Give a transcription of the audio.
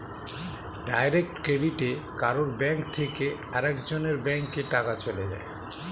direct ক্রেডিটে কারুর bank থেকে আরেক জনের ব্যাংকে টাকা চলে যায়